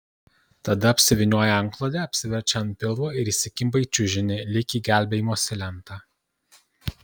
tada apsivynioja antklode apsiverčia ant pilvo ir įsikimba į čiužinį lyg į gelbėjimosi lentą